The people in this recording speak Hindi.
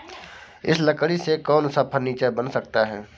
इस लकड़ी से कौन सा फर्नीचर बन सकता है?